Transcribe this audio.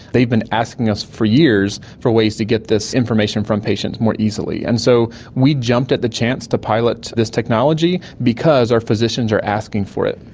they have been asking us for years for ways to get this information from patients more easily. and so we jumped at the chance to pilot this technology because our physicians are asking for it.